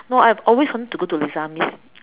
no I have always wanted to go Les-Amis